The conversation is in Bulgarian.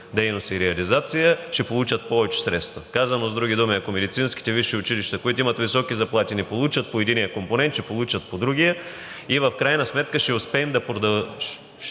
дейност и реализация ще получат повече средства. Казано с други думи, ако медицинските висши училища, които имат високи заплати, не получат по единия компонент, ще получат по другия и в крайна сметка Министерството